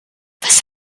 was